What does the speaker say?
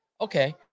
Okay